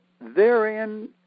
therein